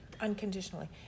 unconditionally